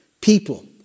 People